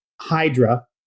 Hydra